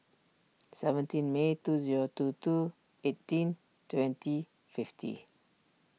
seventeen May two zero two two eighteen twenty fifty